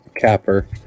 capper